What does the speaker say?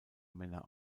männer